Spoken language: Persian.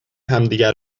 همدیگه